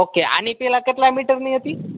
okay આની પહેલાં કેટલાં મીટરની હતી